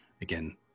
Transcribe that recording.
Again